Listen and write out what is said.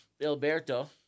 Alberto